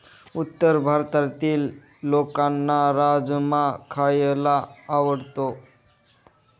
उत्तर भारतातील लोकांना राजमा खायला आवडतो